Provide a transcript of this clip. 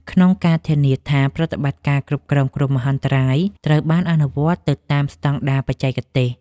ក្នុងការធានាថាប្រតិបត្តិការគ្រប់គ្រងគ្រោះមហន្តរាយត្រូវបានអនុវត្តទៅតាមស្ដង់ដារបច្ចេកទេស។